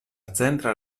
centra